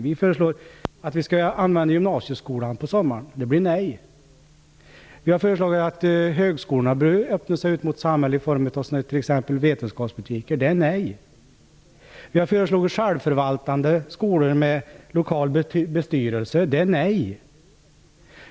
Vi föreslog att man skall använda gymnasieskolan på sommaren, men det blev nej. Vi har föreslagit att högskolorna bör öppna sig ut mot samhället, t.ex. i form av vetenskapsbutiker, men det blev nej. Vi föreslog självförvaltande skolor med lokal styrelse, men det blev nej.